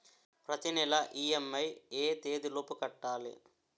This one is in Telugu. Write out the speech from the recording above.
ప్రతినెల ఇ.ఎం.ఐ ఎ తేదీ లోపు కట్టాలి?